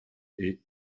est